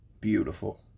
beautiful